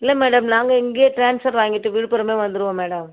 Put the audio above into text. இல்லை மேடம் நாங்கள் இங்கேயே ட்ரான்ஸ்ஃபர் வாங்கிட்டு விழுப்புரமே வந்துடுவோம் மேடம்